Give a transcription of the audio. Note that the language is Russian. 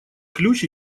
ключ